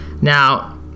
Now